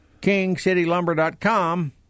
KingCityLumber.com